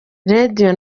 radio